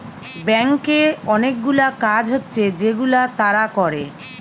ব্যাংকে অনেকগুলা কাজ হচ্ছে যেগুলা তারা করে